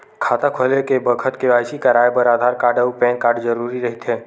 खाता खोले के बखत के.वाइ.सी कराये बर आधार कार्ड अउ पैन कार्ड जरुरी रहिथे